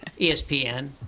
ESPN